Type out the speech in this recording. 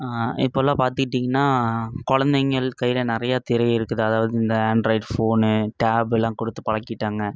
இப்போல்லாம் பார்த்துக்கிட்டிங்கனா குழந்தைங்கள் கையில் நிறைய திரை இருக்குது அதாவது இந்த ஆண்ட்ராய்டு ஃபோனு டேபுலாம் கொடுத்து பழக்கிட்டாங்க